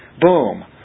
Boom